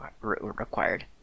required